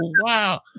wow